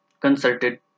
consulted